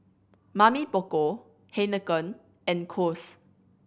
Mamy Poko Heinekein and Kose